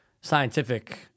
scientific